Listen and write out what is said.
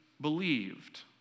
believed